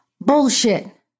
bullshit